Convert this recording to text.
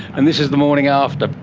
and this is the morning after.